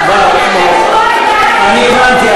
פלסטינים, אני הבנתי.